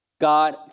God